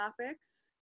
topics